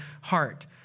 heart